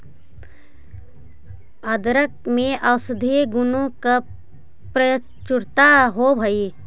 अदरक में औषधीय गुणों की प्रचुरता होवअ हई